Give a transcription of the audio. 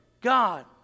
God